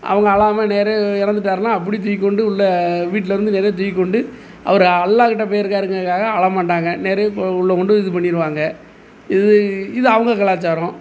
அவங்க அழாம நேரே இறந்துட்டார்னா அப்படியே தூக்கிக் கொண்டு உள்ள வீட்லேருந்து நேரே தூக்கிக் கொண்டு அவரை அல்லாக்கிட்ட போயிருக்காருக்கிறதுக்காக அழ மாட்டாங்க நிறைவு இப்போ உள்ளே கொண்டு இது பண்ணிருவாங்க இது இது தான் அவங்க கலாச்சாரம்